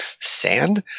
sand